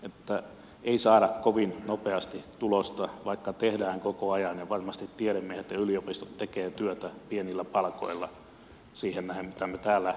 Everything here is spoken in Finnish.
että ei saada kovin nopeasti tulosta vaikka tehdään koko ajan ja varmasti tiedemiehet ja yliopistot tekevät työtä pienillä palkoilla siihen nähden mitä me täällä ansaitsemme